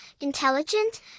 intelligent